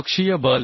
अक्षीय बल